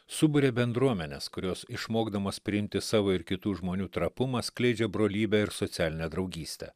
suburia bendruomenes kurios išmokdamos priimti savo ir kitų žmonių trapumą skleidžia brolybę ir socialinę draugystę